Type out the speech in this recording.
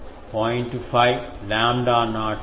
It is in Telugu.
5 లాంబ్డా నాట్ కు బదులుగా 0